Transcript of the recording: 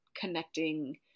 connecting